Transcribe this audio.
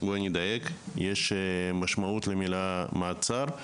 בוא נדייק, משום שיש משמעות למילה מעצר.